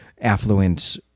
affluent